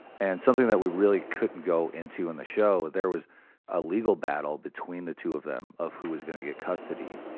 and something that we really couldn't go into in the show, there was a legal battle between the two of them, of who was going to get custody.